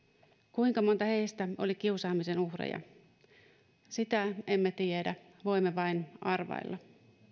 kuinka monta heistä oli kiusaamisen uhreja sitä emme tiedä voimme vain arvailla